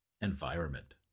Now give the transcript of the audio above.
environment